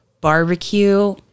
barbecue